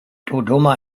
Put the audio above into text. dodoma